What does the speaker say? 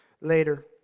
later